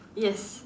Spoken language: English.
yes